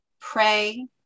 pray